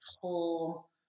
pull